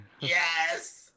Yes